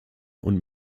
und